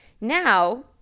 Now